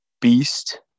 beast